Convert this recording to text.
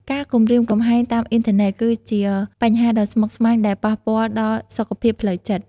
ការគំរាមកំហែងតាមអ៊ីនធឺណិតគឺជាបញ្ហាដ៏ស្មុគស្មាញដែលប៉ះពាល់ដល់សុខភាពផ្លូវចិត្ត។